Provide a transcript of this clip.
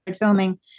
filming